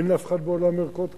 אין לאף אחד בעולם ערכות כאלה,